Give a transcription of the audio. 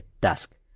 dusk